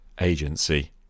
agency